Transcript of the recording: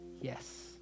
Yes